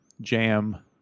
jam